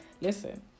listen